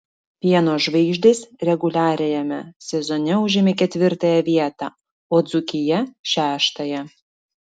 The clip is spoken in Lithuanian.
pieno žvaigždės reguliariajame sezone užėmė ketvirtąją vietą o dzūkija šeštąją